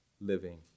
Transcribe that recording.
living